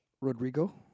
Rodrigo